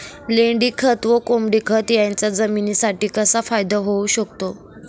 लेंडीखत व कोंबडीखत याचा जमिनीसाठी कसा फायदा होऊ शकतो?